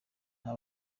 nta